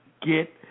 get